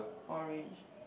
orange